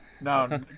No